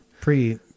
Pre